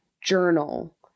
journal